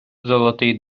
золотий